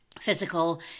physical